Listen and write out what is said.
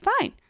fine